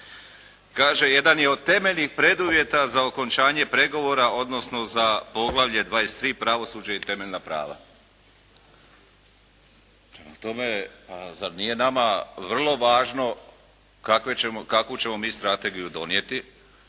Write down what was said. kaže jedan je od temeljnih preduvjeta za okončanje pregovora odnosno za poglavlje 23. pravosuđe i temeljna prava. Prema tome pa zar nije nama vrlo važno kakve ćemo, kakvu ćemo mi strategiju donijeti?